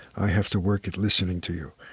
i have to work at listening to you.